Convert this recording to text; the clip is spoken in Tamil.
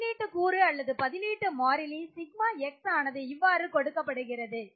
பதிலீட்டு கூறு அல்லது பதிலீட்டு மாறிலி σX ஆனது இவ்வாறு கொடுக்கப்படுகிறது